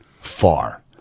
far